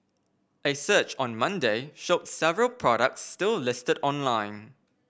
a search on Monday showed several products still listed online